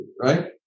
right